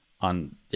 on